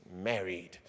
married